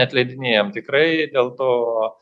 atleidinėjam tikrai dėl to